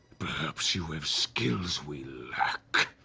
perhaps you have skills we lack.